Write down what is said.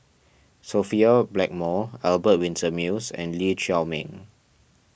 Sophia Blackmore Albert Winsemius and Lee Chiaw Meng